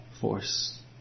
force